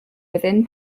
within